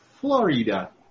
Florida